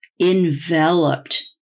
enveloped